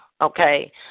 Okay